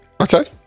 Okay